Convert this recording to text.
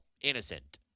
innocent